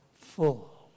full